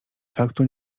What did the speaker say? faktu